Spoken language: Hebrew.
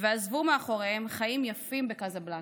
ועזבו מאחוריהם חיים יפים בקזבלנקה.